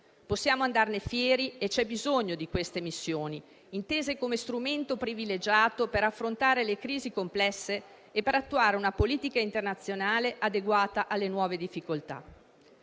Possiamo andarne fieri e c'è bisogno di queste missioni, intese come strumento privilegiato per affrontare le crisi complesse e per attuare una politica internazionale adeguata alle nuove difficoltà.